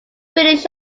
finish